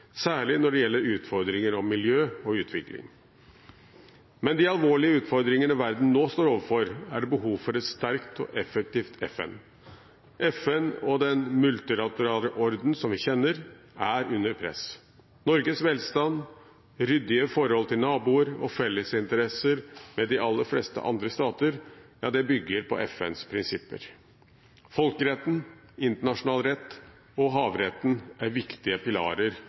særlig når det gjelder utfordringer om miljø og utvikling. Med de alvorlige utfordringene verden nå står overfor, er det behov for et sterkt og effektivt FN. FN og den multilaterale ordenen som vi kjenner, er under press. Norges velstand, ryddige forhold til naboer og fellesinteresser med de aller fleste andre stater bygger på FNs prinsipper. Folkeretten, internasjonal rett og havretten er viktige pilarer